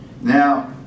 Now